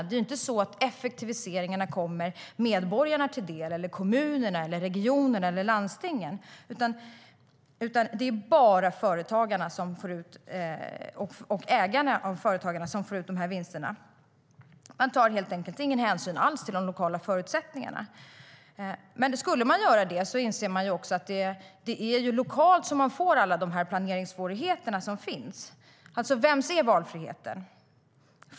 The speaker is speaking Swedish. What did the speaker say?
Det är inte så att effektiviseringarna kommer medborgarna, kommunerna, regionerna eller landstingen till del. Det är bara ägarna av företagen som får ut vinsterna. Man tar helt enkelt ingen hänsyn alls till de lokala förutsättningarna. Men om man skulle göra det inser man att det är lokalt som planeringssvårigheterna uppstår. Vems är valfriheten?